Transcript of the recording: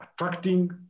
attracting